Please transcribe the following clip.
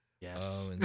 Yes